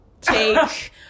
take